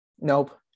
Nope